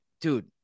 dude